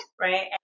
Right